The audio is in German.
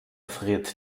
friert